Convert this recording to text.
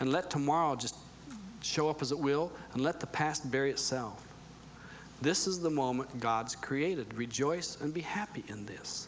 and let tomorrow just show up as it will and let the past bury itself this is the moment when god's created rejoice and be happy in this